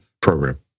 program